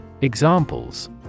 Examples